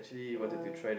uh